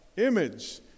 image